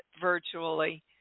virtually